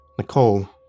Nicole